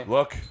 Look